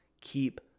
Keep